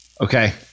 okay